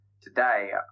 today